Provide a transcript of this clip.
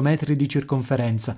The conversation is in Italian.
metri di circonferenza